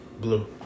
Blue